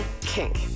Kink